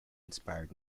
inspired